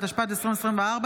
התשפ"ד 2024,